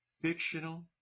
fictional